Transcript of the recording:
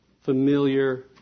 familiar